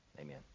Amen